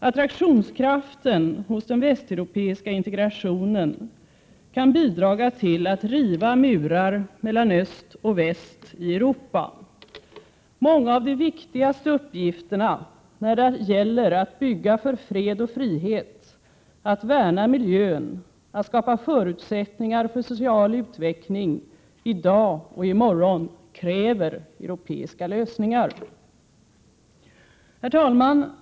Attraktionskraften hos den västeuropeiska integrationen kan bidra till att riva murar mellan öst och väst i Europa. Många av de viktigaste uppgifterna när det gäller att bygga för fred och frihet, att värna miljön, att skapa förutsättningar och för social utveckling i dag och i morgon kräver europeiska lösningar. Herr talman!